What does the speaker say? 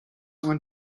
want